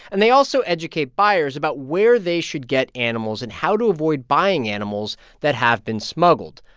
and they also educate buyers about where they should get animals and how to avoid buying animals that have been smuggled.